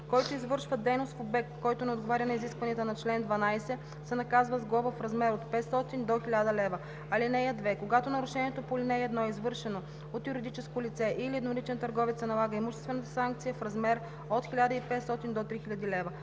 Който извършва дейност в обект, който не отговаря на изискванията на чл. 12, се наказва с глоба в размер от 500 до 1000 лв. (2) Когато нарушението по ал. 1 е извършено от юридическо лице или едноличен търговец, се налага имуществена санкция в размер от 1500 до 3000 лв.